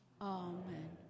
Amen